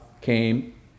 came